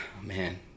man